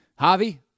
Javi